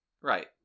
Right